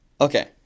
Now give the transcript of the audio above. Okay